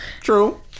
True